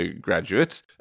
graduate